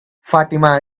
fatima